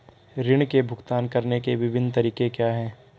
ऋृण के भुगतान करने के विभिन्न तरीके क्या हैं?